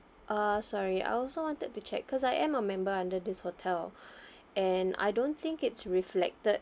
uh sorry I also wanted to check because I am a member under this hotel and I don't think it's reflected